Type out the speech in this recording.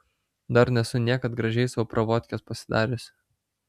dar nesu niekad gražiai sau pravodkės pasidariusi